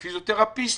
פיזיותרפיסטיות,